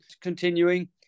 continuing